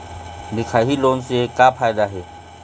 दिखाही लोन से का फायदा हे?